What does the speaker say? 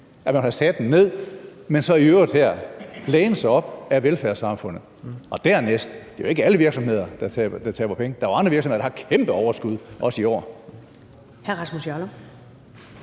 vil have sat skatten ned, men så i øvrigt her læne sig op ad velfærdssamfundet. Og dernæst: Det er jo ikke alle virksomheder, der taber penge. Der er jo andre virksomheder, der har kæmpe overskud, også i år.